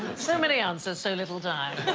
so many answers so little time